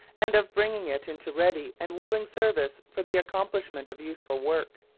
and of bringing it into ready and willing service for the accomplishment of useful work.